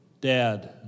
Dad